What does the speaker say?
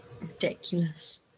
Ridiculous